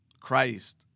Christ